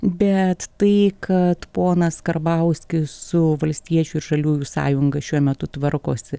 bet tai kad ponas karbauskis su valstiečių ir žaliųjų sąjunga šiuo metu tvarkosi